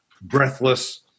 breathless